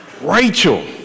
Rachel